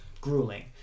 grueling